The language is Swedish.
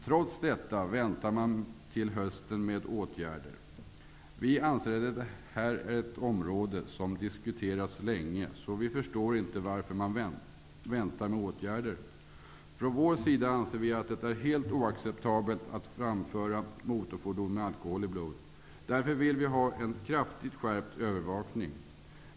Trots detta väntar man till hösten med åtgärder. Vi anser detta vara ett område som diskuterats länge, så vi förstår inte varför man väntar med åtgärder. Vi anser att det är helt oacceptabelt att framföra motorfordon med alkohol i blodet. Därför vill vi ha en kraftigt skärpt övervakning.